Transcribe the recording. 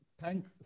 Thank